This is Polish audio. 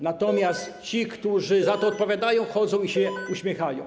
Natomiast ci, którzy za to odpowiadają, chodzą i się uśmiechają.